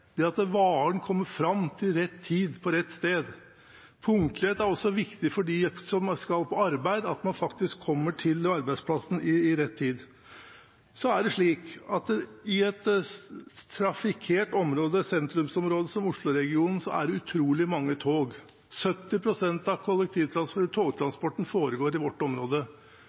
punktlighet, at varen kommer fram til rett tid på rett sted. Punktlighet er også viktig for dem som skal på arbeid, at man faktisk kommer på arbeidsplassen til rett tid. Så er det slik at i et trafikkert sentrumsområde som Oslo-regionen, er det utrolig mange tog. 70 pst. av togtransporten foregår i vårt område.